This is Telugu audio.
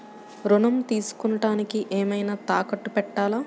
ఋణం తీసుకొనుటానికి ఏమైనా తాకట్టు పెట్టాలా?